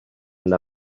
and